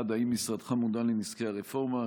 1. האם משרדך מודע לנזקי הרפורמה?